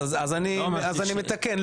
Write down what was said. אני מתקן,